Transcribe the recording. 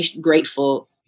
grateful